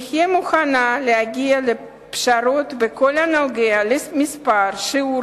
אהיה מוכנה להגיע לפשרות בכל הנוגע למספר או שיעור